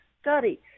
study